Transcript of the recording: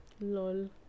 Lol